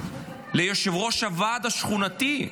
ליושב-ראש הוועד השכונתי?